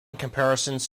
comparisons